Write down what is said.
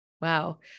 Wow